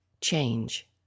change